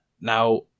Now